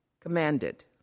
commanded